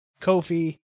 Kofi